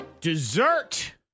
dessert